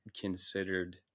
considered